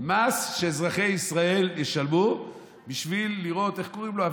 מס שאזרחי ישראל ישלמו בשביל לראות את איך קוראים לו?